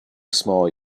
small